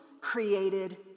created